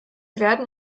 werden